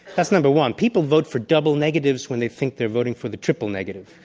that's number one, people vote for double negatives when they think they're voting for the triple negative.